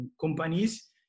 companies